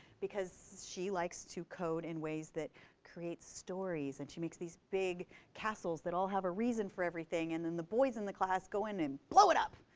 because she likes to code in ways that creates stories. and she makes these big castles that all have a reason for everything. and then the boys in the class go in and blow it up.